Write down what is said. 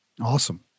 Awesome